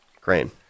Crane